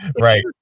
Right